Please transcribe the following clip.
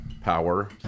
power